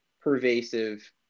pervasive